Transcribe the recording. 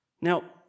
Now